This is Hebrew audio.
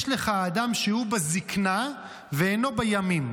יש לך אדם שהוא בזקנה ואינו בימים,